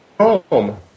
home